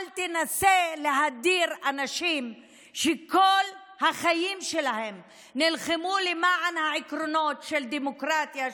אל תנסה להדיר אנשים שכל החיים שלהם נלחמו למען העקרונות של דמוקרטיה,